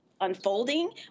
unfolding